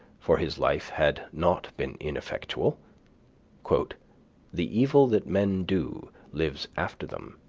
for his life had not been ineffectual the evil that men do lives after them.